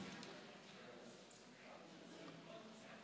בממשלה לא נתקבלה.